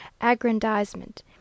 aggrandizement